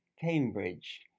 Cambridge